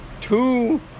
Two